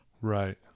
Right